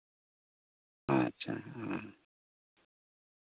ᱟᱪᱪᱷᱟ ᱦᱮᱸ